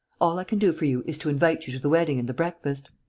all i can do for you is to invite you to the wedding and the breakfast.